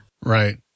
right